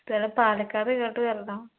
സ്ഥലം പാലക്കാട് കഴിഞ്ഞിട്ട് വരണം